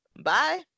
bye